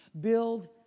Build